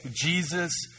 Jesus